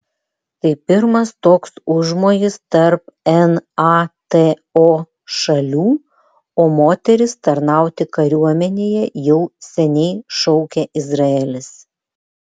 tai pirmas toks užmojis tarp nato šalių o moteris tarnauti kariuomenėje jau seniai šaukia izraelis